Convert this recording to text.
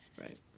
Right